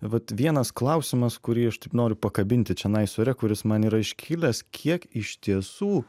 vat vienas klausimas kurį aš taip noriu pakabinti čionais ore kuris man yra iškilęs kiek iš tiesų